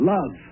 Love